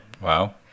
Wow